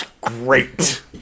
great